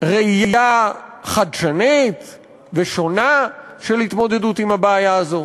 ראייה חדשנית ושונה של התמודדות עם הבעיה הזו.